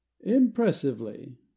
impressively